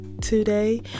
today